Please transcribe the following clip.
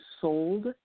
sold